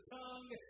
tongue